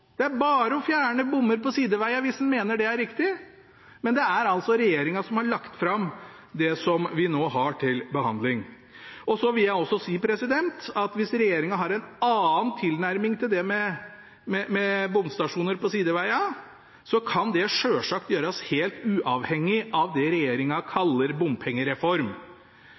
fjerne bommer på sidevegene hvis en mener det er riktig, men det er altså regjeringen som har lagt fram det som vi nå har til behandling. Jeg vil også si at hvis regjeringen har en annen tilnærming til det med bomstasjoner på sidevegene, kan det selvsagt gjøres helt uavhengig av det